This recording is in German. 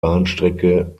bahnstrecke